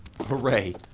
Hooray